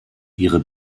ihre